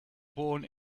born